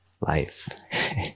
Life